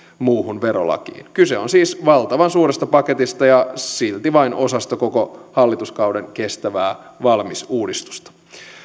muuhun verolakiin kyse on siis valtavan suuresta paketista ja silti vain osasta koko hallituskauden kestävää valmis uudistusta